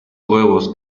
huevos